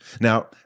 Now